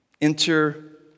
Enter